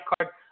card